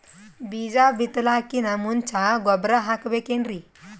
ಬೀಜ ಬಿತಲಾಕಿನ್ ಮುಂಚ ಗೊಬ್ಬರ ಹಾಕಬೇಕ್ ಏನ್ರೀ?